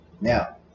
Now